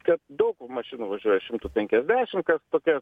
kad daug mašinų važiuoja šimtu penkiasdešimt kad tokia